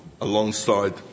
alongside